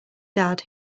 dad